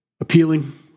appealing